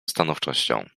stanowczością